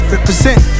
Represent